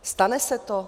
Stane se to?